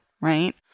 right